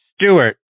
Stewart